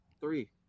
Three